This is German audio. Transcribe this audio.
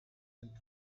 sind